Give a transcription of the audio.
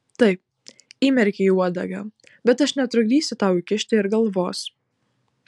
taip įmerkei uodegą bet aš netrukdysiu tau įkišti ir galvos